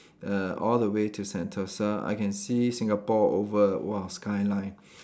err all the way to Sentosa I can see Singapore over !wah! skyline